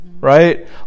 right